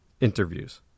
Interviews